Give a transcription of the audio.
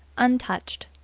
untouched.